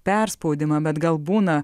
perspaudimą bet gal būna